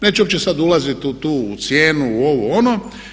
Neću uopće sad ulaziti u tu cijenu u ovo, ono.